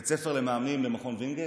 בית ספר למאמנים במכון וינגייט,